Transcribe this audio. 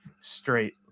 straight